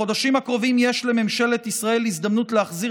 בחודשים הקרובים יש לממשלת ישראל הזדמנות להחזיר